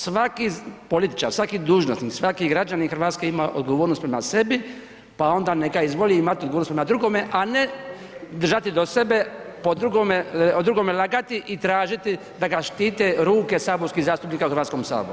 Svaki političar, svaki dužnosnik, svaki građanin Hrvatske ima odgovornost prema sebi pa onda neka izvoli imati odgovornost prema drugome a ne držati do sebe, o drugome lagati i tražiti da ga štite ruke saborskih zastupnika u Hrvatskom saboru.